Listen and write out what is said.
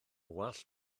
wallt